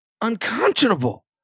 unconscionable